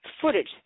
footage